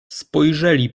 spojrzeli